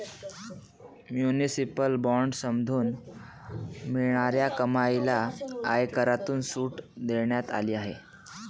municipal बॉण्ड्समधून मिळणाऱ्या कमाईला आयकरातून सूट देण्यात आली आहे